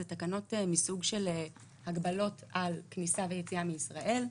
אלה תקנות מסוג של הגבלות על כניסה ויציאה מישראל.